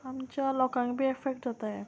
आमच्या लोकांक बी एफेक्ट जाता हें